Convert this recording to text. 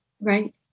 Right